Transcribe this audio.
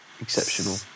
Exceptional